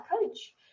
coach